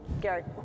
Gary